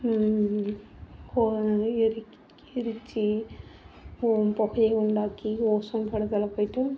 இப்போ எரிச்சி புகைய உண்டாக்கி ஓசோன் படலத்தில் போயிவிட்டு